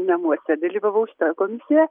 namuose dalyvavau šitoje komisijoje